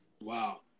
Wow